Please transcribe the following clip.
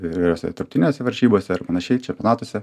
įvairiose tarptinėse varžybose ir panašiai čepionatuose